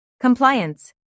Compliance